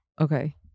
okay